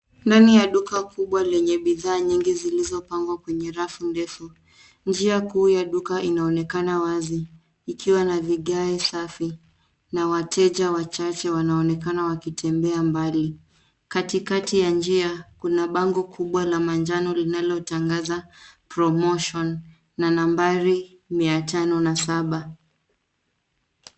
Ndani ya duka kubwa lenye bidhaa nyingi zilizopangwa kwenye rafu ndefu. Njia kuu ya duka inaonekana wazi ikiwa na vigae safi na wateja wachache wanaonekana wakitembea mbali. Katikati ya njia, kuna bango kubwa la manjano linalotangaza promotion na nambari mia tano na saba.